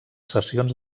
sessions